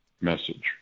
message